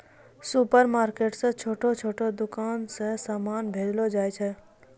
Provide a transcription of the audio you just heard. supermarket से छोटो छोटो दुकान मे समान भेजलो जाय छै